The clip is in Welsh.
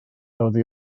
oddi